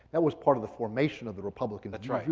that was part of the formation of the republicans. that's right,